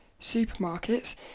Supermarkets